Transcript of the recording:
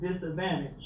disadvantage